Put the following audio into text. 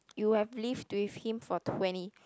you have lived with him for twenty